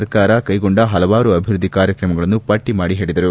ಸರ್ಕಾರ ಕೈಗೊಂಡ ಪಲವಾರು ಅಭಿವೃದ್ದಿ ಕಾರ್ಯಕ್ರಮಗಳನ್ನು ಪಟ್ಟಿಮಾಡಿ ಹೇಳಿದರು